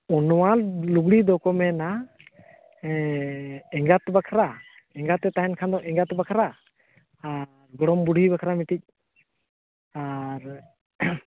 ᱚ ᱱᱚᱣᱟ ᱞᱩᱜᱽᱲᱤ ᱫᱚᱠᱚ ᱢᱮᱱᱟ ᱮᱸᱜᱟᱛ ᱵᱟᱠᱷᱟᱨᱟ ᱮᱸᱜᱟᱛᱮ ᱛᱟᱦᱮᱱ ᱠᱷᱟᱱ ᱫᱚ ᱮᱸᱜᱟᱛ ᱵᱟᱠᱷᱟᱨᱟ ᱟᱨ ᱜᱚᱲᱚᱢ ᱵᱩᱰᱷᱦᱤ ᱵᱟᱠᱷᱟᱨᱟ ᱢᱤᱫᱴᱤᱡ ᱟᱨ